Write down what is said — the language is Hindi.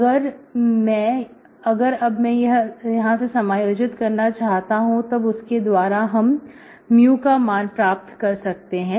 अगर अब मैं यह से समायोजित करना चाहता हूं तब उसके द्वारा हम mu कमान प्राप्त कर सकते हैं